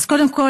אז קודם כול,